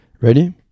Ready